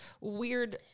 weird